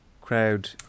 crowd